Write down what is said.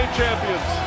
champions